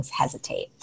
hesitate